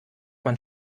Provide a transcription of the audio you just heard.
man